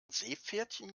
seepferdchen